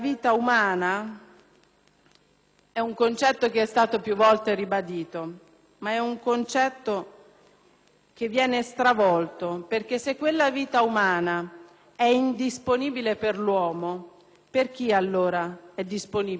è un concetto più volte ribadito, ma è un concetto che viene stravolto. Infatti, se quella vita umana è indisponibile per l'uomo per chi allora è disponibile? Per lo Stato?